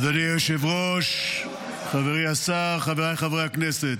אדוני היושב-ראש, חברי השר, חבריי חברי הכנסת,